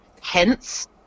Hence